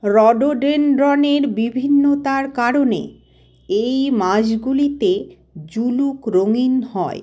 রডোডেনড্রনের বিভিন্নতার কারণে এই মাসগুলিতে জুলুক রঙিন হয়